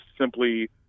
simply